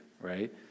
right